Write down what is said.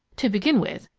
to begin with,